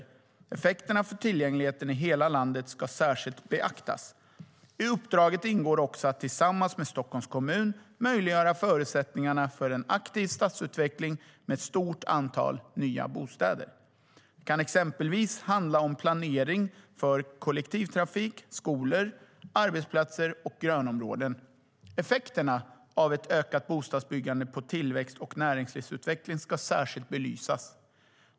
Effekterna för tillgängligheten i hela landet ska särskilt beaktas. I uppdraget ingår också att tillsammans med Stockholms kommun möjliggöra förutsättningarna för en aktiv stadsutveckling med ett stort antal nya bostäder. Det kan exempelvis handla om planering för kollektivtrafik, skolor, arbetsplatser och grönområden. Effekterna av ett ökat bostadsbyggande på tillväxt och näringslivsutveckling ska särskilt belysas.